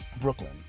Brooklyn